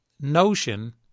notion